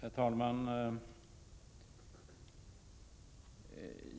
Herr talman!